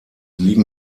liegen